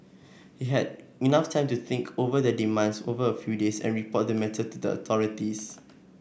he had enough time to think over their demands over a few days and report the matter to the authorities